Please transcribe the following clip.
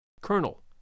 Colonel